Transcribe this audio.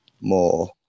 more